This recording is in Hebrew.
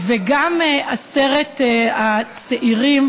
עשרת הצעירים